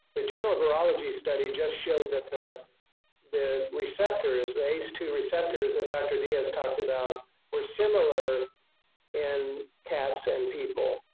the journal neurology study just showed that the the receptor is the ace two receptors that and dr. diaz talked about are similar in cats and people,